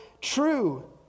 true